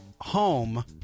home